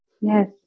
Yes